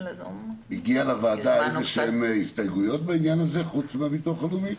הגיעו לוועדה הסתייגויות להצעה חוץ מהביטוח הלאומי?